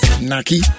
Naki